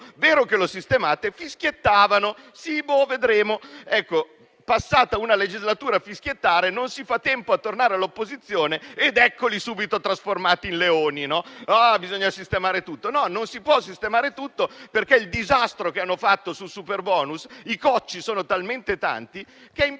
rispondevano fischiettando: sì, chissà, vedremo. Ecco, passata una legislatura a fischiettare, non si fa in tempo a tornare all'opposizione ed eccoli subito trasformati in leoni. Bisogna sistemare tutto! No, non si può sistemare tutto, perché, nel disastro che hanno fatto sul superbonus, i cocci sono talmente tanti che è impossibile